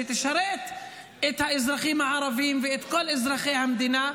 שתשרת את האזרחים הערבים ואת כל אזרחי המדינה.